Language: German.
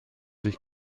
sich